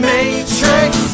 Matrix